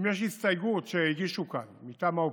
אם יש הסתייגות שהגישו כאן מטעם האופוזיציה,